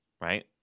right